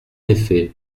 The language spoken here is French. effet